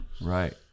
Right